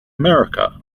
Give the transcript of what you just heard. america